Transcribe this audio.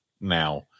now